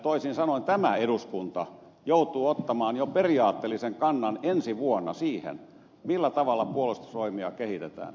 toisin sanoen tämä eduskunta joutuu ottamaan jo periaatteellisen kannan ensi vuonna siihen millä tavalla puolustusvoimia kehitetään